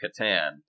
Catan